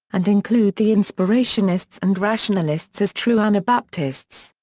and include the inspirationists and rationalists as true anabaptists.